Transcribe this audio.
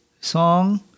song